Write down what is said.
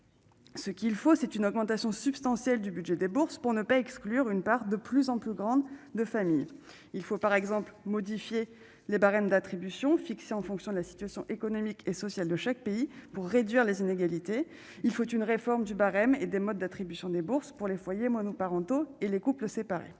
ce qu'il faut c'est une augmentation substantielle du budget des bourses pour ne pas exclure une part de plus en plus grande de famille il faut par exemple modifier les barèmes d'attribution fixés en fonction de la situation économique et sociale de chaque pays pour réduire les inégalités, il faut une réforme du barème et des modes d'attribution des bourses pour les foyers monoparentaux et les couples séparés,